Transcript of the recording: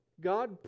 God